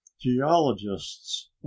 geologists